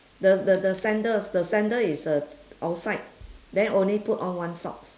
the the the sandals the sandal is uh outside then only put on one socks